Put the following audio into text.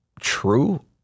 true